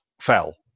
fell